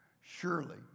Surely